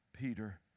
Peter